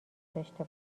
داشته